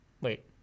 Wait